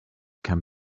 can